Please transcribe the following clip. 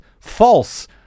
false